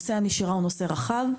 כי נושא הנשירה הוא נושא רחב.